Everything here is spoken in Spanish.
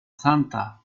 santa